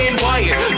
white